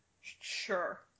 sure